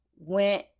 went